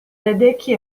ledecky